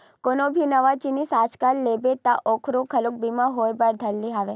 कोनो भी नवा जिनिस जब आजकल लेबे ता ओखरो घलो बीमा होय बर धर ले हवय